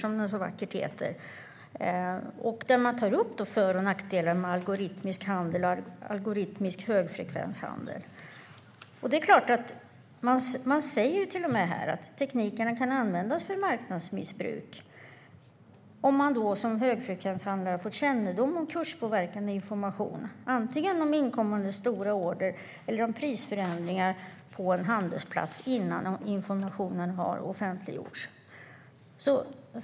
För och nackdelar med algoritmisk högfrekvenshandel tas upp, och där sägs till och med att tekniken kan användas för marknadsmissbruk om man som högfrekvenshandlare har fått kännedom om kurspåverkande information, antingen om inkommande stora order eller prisförändringar på en handelsplats innan informationen har offentliggjorts.